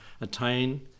attain